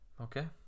okay